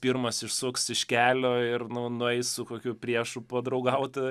pirmas išsuks iš kelio ir nu nueis su kokiu priešu padraugauti